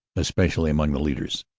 especially among the leaders.